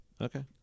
Okay